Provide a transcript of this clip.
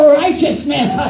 righteousness